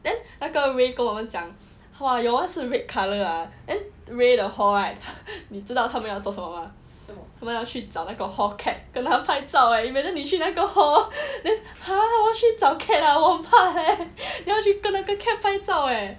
then 那个 ray 跟我们讲 !wah! you all 是 red colour ah then ray 的 hall right 你知道他们要做什么 mah 他们要去找那个 hall cat 跟他拍照 leh imagine 你去哪个 hall then !huh! 我要去找 cat ah 我怕 leh 你要去跟那个 cat 拍照 eh